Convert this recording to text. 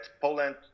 Poland